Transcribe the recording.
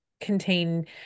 contain